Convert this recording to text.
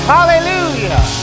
Hallelujah